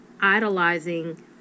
idolizing